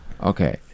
Okay